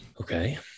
Okay